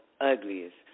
ugliest